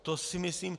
To si myslím...